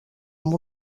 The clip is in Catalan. amb